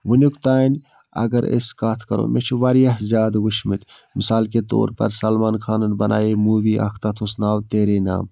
وُنیُکتانۍ اگر أسۍ کَتھ کَرو مےٚ چھِ واریاہ زیادٕ وُچھمٕتۍ مِثال کے طور پَر سَلمان خانَن بَنایے موٗوی اَکھ تَتھ اوس ناو تیرے نام